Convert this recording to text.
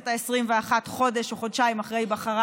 העשרים-ואחת חודש או חודשיים אחרי היבחרה,